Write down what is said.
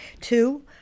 Two